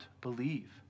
believe